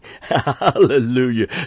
Hallelujah